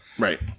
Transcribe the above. Right